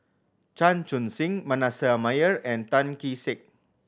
Chan Chun Sing Manasseh Meyer and Tan Kee Sek